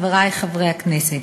חברי חברי הכנסת,